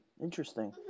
interesting